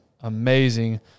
amazing